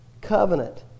covenant